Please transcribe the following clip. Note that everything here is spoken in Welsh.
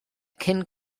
cyn